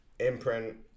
Imprint